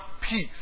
peace